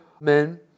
men